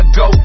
go